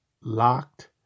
locked